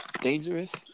Dangerous